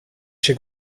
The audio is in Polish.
się